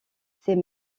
ses